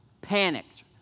panicked